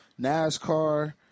NASCAR